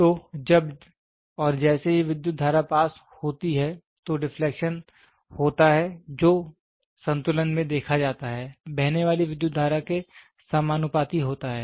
तो जब और जैसे ही विद्युत धारा पास होती है तो डिफलेक्शन होता है जो संतुलन में देखा जाता है बहने वाली विद्युत धारा के समानुपाती होता है